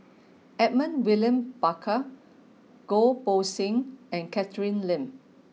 Edmund William Barker Goh Poh Seng and Catherine Lim